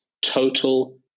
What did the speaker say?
total